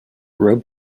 rope